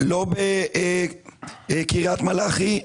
לא בקריית מלאכי,